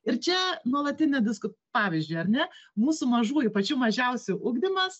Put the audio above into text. ir čia nuolatinė disku pavyzdžiui ar ne mūsų mažųjų pačių mažiausių ugdymas